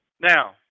Now